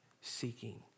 seeking